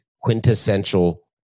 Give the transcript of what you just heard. quintessential